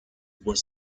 were